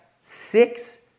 six